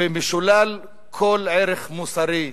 ומשולל כל ערך מוסרי.